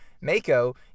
Mako